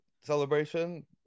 celebration